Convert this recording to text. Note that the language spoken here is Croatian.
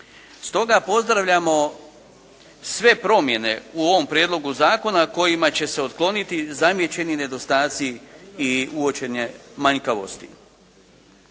Stoga pozdravljamo sve promjene u ovom prijedlogu zakona kojima će se otkloniti zamijećeni nedostaci i uočene manjkavosti.